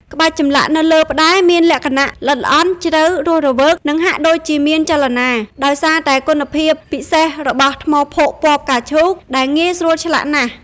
ក្បាច់ចម្លាក់នៅលើផ្តែរមានលក្ខណៈ ល្អិតល្អន់ ជ្រៅ រស់រវើក និងហាក់ដូចជាមានចលនា ដោយសារតែគុណភាពពិសេសរបស់ថ្មភក់ពណ៌ផ្កាឈូកដែលងាយស្រួលឆ្លាក់ណាស់។